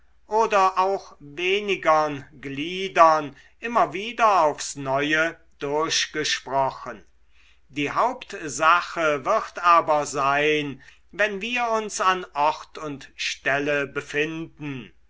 oder auch wenigern gliedern immer wieder aufs neue durchgesprochen die hauptsache wird aber sein wenn wir uns an ort und stelle befinden